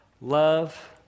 love